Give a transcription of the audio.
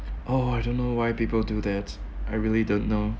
oh I don't know why people do that I really don't know